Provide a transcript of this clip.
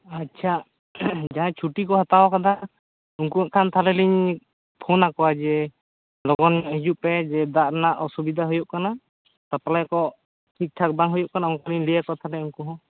ᱟᱪᱪᱷᱟ ᱡᱟᱦᱟᱸᱭ ᱪᱷᱩᱴᱤ ᱠᱚ ᱦᱟᱛᱟᱣ ᱟᱠᱟᱫᱟ ᱩᱱᱠᱩ ᱦᱟᱸᱜ ᱠᱷᱟᱱ ᱛᱟᱦᱚᱞᱮ ᱞᱤᱧ ᱯᱷᱳᱱ ᱟᱠᱚᱣᱟ ᱡᱮ ᱞᱚᱜᱚᱱ ᱧᱚᱜ ᱦᱤᱡᱩᱜ ᱯᱮ ᱡᱮ ᱫᱟᱜ ᱨᱮᱱᱟᱜ ᱚᱥᱩᱵᱤᱫᱟ ᱦᱩᱭᱩᱜ ᱠᱟᱱᱟ ᱥᱟᱯᱞᱟᱭ ᱠᱚ ᱴᱷᱤᱠᱼᱴᱷᱟᱠ ᱵᱟᱝ ᱦᱩᱭᱩᱜ ᱠᱟᱱᱟ ᱚᱱᱠᱟᱞᱤᱧ ᱞᱟᱹᱭ ᱟᱠᱚᱣᱟ ᱛᱟᱦᱚᱞᱮ ᱩᱱᱠᱩᱦᱚᱸ